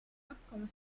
hakkama